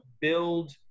build